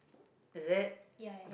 ya ya ya